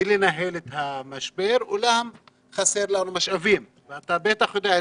ולנהל את המשבר אולם חסרים לנו משאבים ואתה בטח יודע זאת.